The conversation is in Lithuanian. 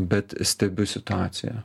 bet stebiu situaciją